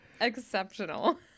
exceptional